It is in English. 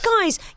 Guys